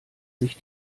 sich